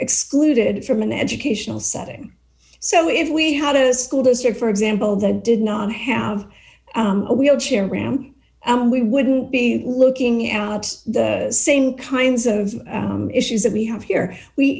excluded from an educational setting so if we had a school district for example that did not have a wheelchair ramp and we wouldn't be looking out the same kinds of issues that we have here we